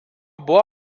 buvo